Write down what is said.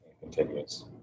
continues